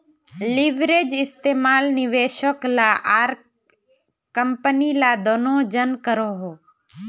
leverage इस्तेमाल निवेशक ला आर कम्पनी ला दनोह जन करोहो